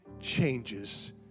changes